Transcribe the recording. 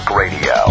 radio